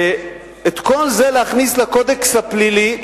ואת כל זה להכניס לקודקס הפלילי,